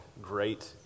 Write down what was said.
Great